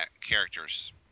characters